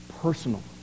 personal